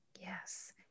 Yes